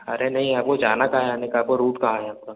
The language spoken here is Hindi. अरे नहीं आपको जाना कहा है मेंने कहा रूट कहाँ है आपका